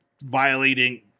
violating